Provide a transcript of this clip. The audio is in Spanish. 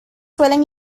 suelen